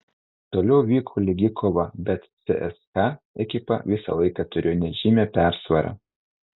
toliau vyko lygi kova bet cska ekipa visą laiką turėjo nežymią persvarą